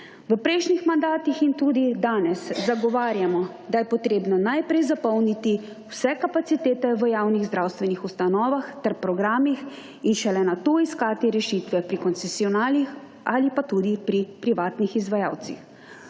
V prejšnjih mandatih in tudi danes zagovarjamo, da je potrebno najprej zapolniti vse kapacitete v javnih zdravstvenih ustanovah ter programih in šele nato iskati rešitve pri koncesionarjih ali pa tudi pri privatnih izvajalcih.